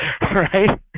Right